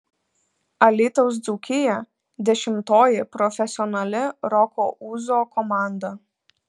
alytaus dzūkija dešimtoji profesionali roko ūzo komanda